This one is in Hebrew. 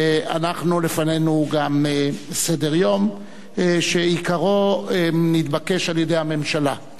ולפנינו גם סדר-יום שעיקרו נתבקש על-ידי הממשלה.